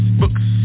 books